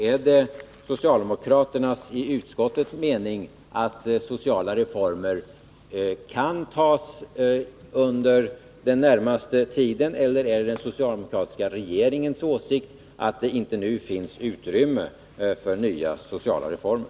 Är det den mening som socialdemokraterna har gett uttryck för i utskottet — att sociala reformer kan det beslutas om under den närmaste tiden —, eller är det den socialdemokratiska regeringens åsikt att det nu inte finns utrymme för nya sociala reformer?